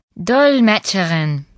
Dolmetscherin